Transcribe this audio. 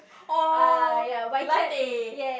oh latte